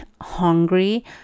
hungry